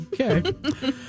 Okay